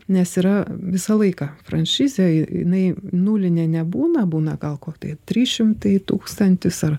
nes yra visą laiką franšizė ji jinai nulinė nebūna būna gal ko tai trys šimtai tūkstantis ar